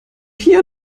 hier